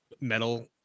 metal